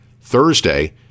Thursday